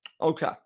Okay